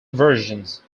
versions